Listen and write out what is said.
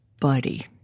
buddy